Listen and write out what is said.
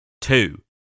two